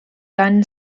gunn